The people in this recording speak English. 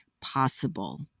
possible